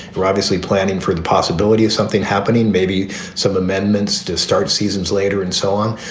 we're obviously planning for the possibility of something happening, maybe some amendments to start seasons later and so on.